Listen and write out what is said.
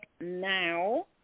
now